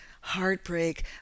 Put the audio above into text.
heartbreak